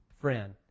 friend